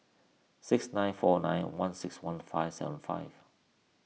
six nine four nine one six one five seven five